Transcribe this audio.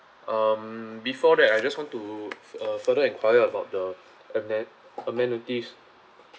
um before that I just want to uh further inquired about the amen~ amenities